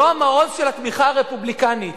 לא המעוז של התמיכה הרפובליקנית,